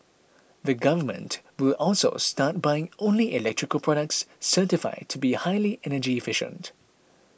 the Government will also start buying only electrical products certified to be highly energy efficient